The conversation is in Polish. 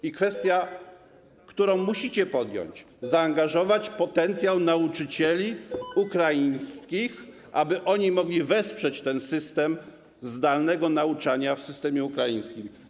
I kwestia, którą musicie podjąć - chodzi o to, by zaangażować potencjał nauczycieli ukraińskich, aby oni mogli wesprzeć ten system zdalnego nauczania w systemie ukraińskim.